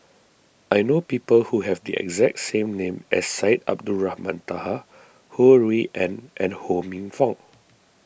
I know people who have the exact same name as Syed Abdulrahman Taha Ho Rui An and Ho Minfong